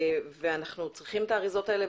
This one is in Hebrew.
ואנחנו צריכים את האריזות האלה,